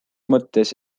mõttes